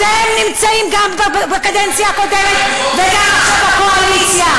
אתם הייתם גם בקדנציה הקודמת וגם עכשיו בקואליציה,